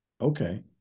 Okay